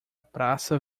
praça